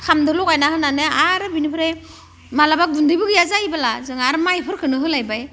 ओंखामजों लगायनानै होनानै आरो बेनिफ्राय माब्लाबा गुन्दैबो गैया जायोब्ला जों आरो माइफोरखौनो होलायबाय